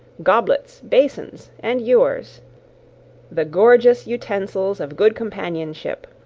goblets, basins, and ewers the gorgeous utensils of good companionship,